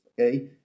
okay